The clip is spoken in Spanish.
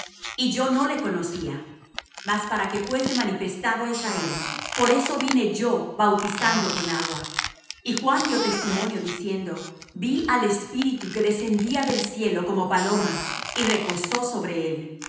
y yo no le conocía más para que fuese manifestado á israel por eso vine yo bautizando con agua y juan dió testimonio diciendo vi al espíritu que descendía del cielo como paloma y reposó sobre él y